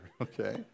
okay